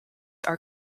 are